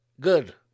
Good